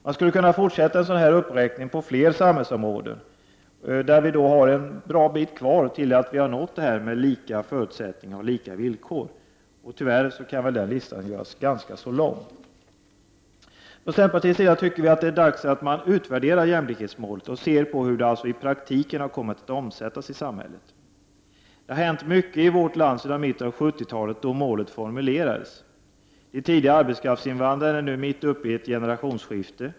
Man skulle kunna fortsätta att göra en sådan här uppräkning av fler samhällsområden där vi har en bra bit kvar till att nå lika förutsättningar och lika villkor. Tyvärr kan den listan göras ganska så lång. Viicenterpartiet tycker att det är dags att man utvärderar jämlikhetsmålet och ser på hur det i praktiken har kommit att omsättas i samhället. Det har hänt mycket i vårt land sedan mitten av 70-talet, då målet formulerades. De tidigare arbetskraftsinvandrarna är nu mitt uppe i ett generationsskifte.